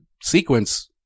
sequence